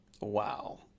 Wow